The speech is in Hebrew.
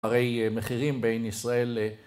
‫הרי מחירים בין ישראל ל...